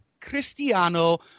Cristiano